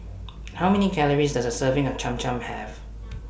How Many Calories Does A Serving of Cham Cham Have